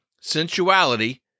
sensuality